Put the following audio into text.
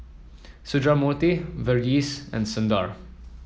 Sundramoorthy Verghese and Sundar